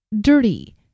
dirty